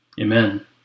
Amen